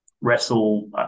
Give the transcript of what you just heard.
wrestle